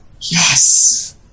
Yes